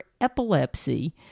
epilepsy